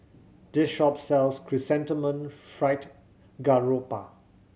this shop sells Chrysanthemum Fried Garoupa